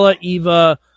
Eva